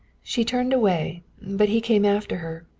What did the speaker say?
she turned away, but he came after her,